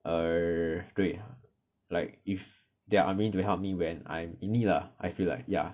err 对 like if they're unwilling to help me when I'm in need lah I feel like ya